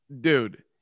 dude